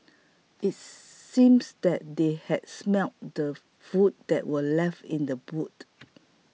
it seems that they had smelt the food that were left in the boot